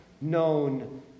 known